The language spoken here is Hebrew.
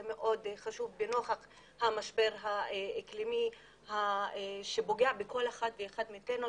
מאוד חשוב לנוכח המשבר האקלימי שפוגע בכל אחד ואחת מאתנו,